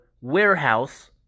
warehouse